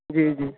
جی جی